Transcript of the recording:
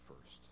first